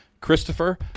christopher